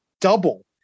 double